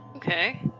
Okay